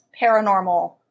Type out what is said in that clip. paranormal